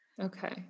Okay